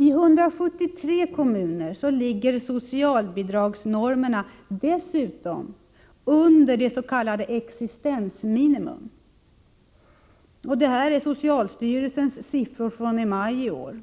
I 173 kommuner ligger socialbidragsnormerna dessutom under det s.k. existensminimum — detta enligt socialstyrelsens siffror från maj i år.